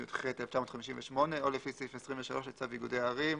17ד ו-18(א)(4) לחוק איגודי ערים,